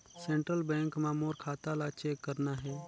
Central bank मां मोर खाता ला चेक करना हे?